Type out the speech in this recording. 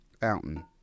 fountain